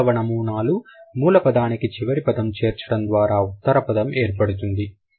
రెండవ నమూనాలు మూల పదానికి చివర పదం చేర్చడం ద్వారా ఉత్తర పదం ఏర్పడుతుంది